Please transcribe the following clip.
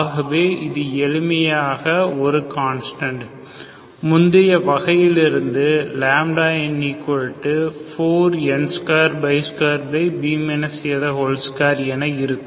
ஆகவே இது எளிமையாக ஒரு கான்ஸ்டன்ட் முந்தைய வகையிலிருந்து n4n22b a2 என இருக்கும்